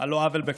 על לא עוול בכפם.